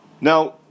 Now